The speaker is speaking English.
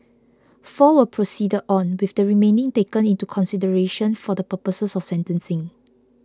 four were proceeded on with the remaining taken into consideration for the purposes of sentencing